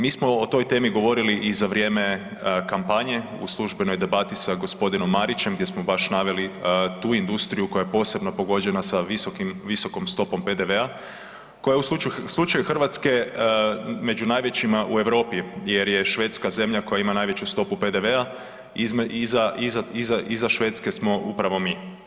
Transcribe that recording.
Mi smo o toj temi govorili i za vrijeme kampanje u službenoj debati sa g. Marićem gdje smo baš naveli tu industriju koja je posebno pogođena visokom stopom PDV-a koja je u slučaju Hrvatske među najvećima u Europi jer je Švedska zemlja koja ima najveću stopu PDV-a, iza Švedske smo upravo mi.